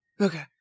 Okay